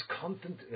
content